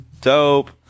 Dope